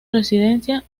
residencia